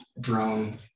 drone